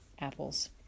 apples